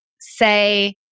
say